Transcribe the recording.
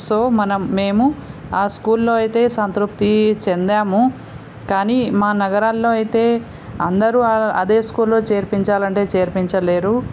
so మనం మేము ఆ స్కూల్లో అయితే సంతృప్తి చెందాము కానీ మా నగరాలలో అయితే అందరు అదే స్కూల్లో చేర్పించాలి అంటే చేర్పించలేరు